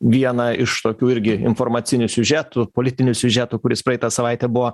vieną iš tokių irgi informacinių siužetų politinių siužetų kuris praeitą savaitę buvo